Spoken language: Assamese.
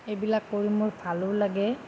এইবিলাক কৰি মোৰ ভালো লাগে